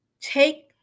take